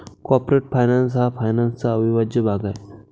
corporate finance हा फायनान्सचा अविभाज्य भाग आहे